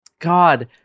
God